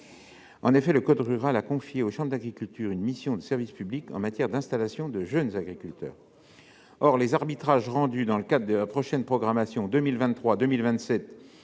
régions. Le code rural a confié aux chambres d'agriculture une mission de service public en matière d'installation de jeunes agriculteurs. Or les arbitrages rendus dans le cadre de la prochaine programmation 2023-2027